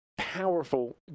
powerful